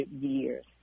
years